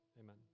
amen